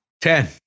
Ten